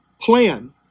plan